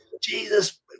Jesus